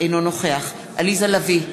אינו נוכח עליזה לביא,